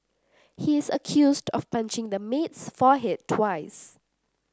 he is accused of punching the maid's forehead twice